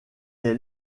est